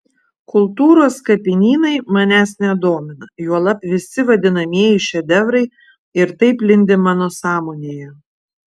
kultūros kapinynai manęs nedomina juolab visi vadinamieji šedevrai ir taip lindi mano sąmonėje